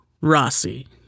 Rossi